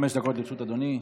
חמש דקות לרשות אדוני.